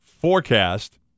forecast